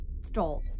Stole